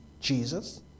Jesus